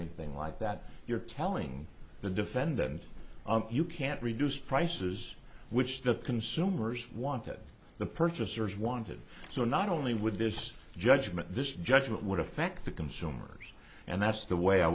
anything like that you're telling the defendant you can't reduce prices which the consumers wanted the purchasers wanted so not only would this judgment this judgment would affect the consumers and that's the way i